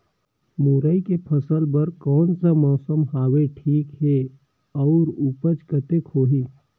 मुरई के फसल बर कोन सा मौसम हवे ठीक हे अउर ऊपज कतेक होही?